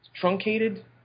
truncated